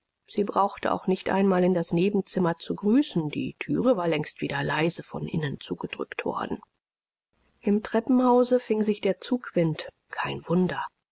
sie brauchte auch nicht einmal in das nebenzimmer zu grüßen die thüre war längst wieder leise von innen zugedrückt worden im treppenhause fing sich der zugwind kein wunder